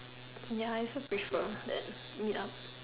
ya I also prefer that meet up